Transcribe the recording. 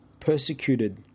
persecuted